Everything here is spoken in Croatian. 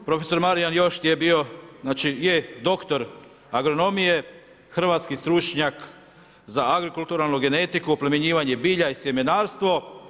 Profesor Marijan Jošt je bio, znači je doktor agronomije, hrvatski stručnjak za agrokulturalnu genetiku, oplemenjivanje bilja i sjemenarstvo.